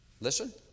Listen